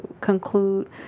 conclude